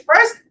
First